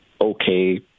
okay